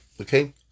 okay